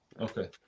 Okay